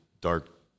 dark